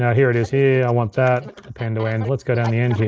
yeah here it is here, i want that. append to end, let's go down the end